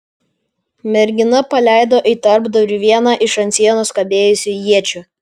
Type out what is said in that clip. mergina paleido į tarpdurį vieną iš ant sienos kabėjusių iečių